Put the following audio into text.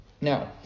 Now